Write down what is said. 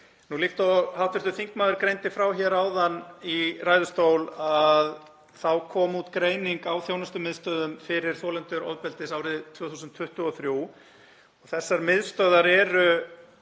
Líkt og hv. þingmaður greindi frá hér áðan í ræðustól kom út greining á þjónustumiðstöðvum fyrir þolendur ofbeldis árið 2023. Þessar miðstöðvar eru